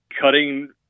cutting